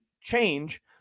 change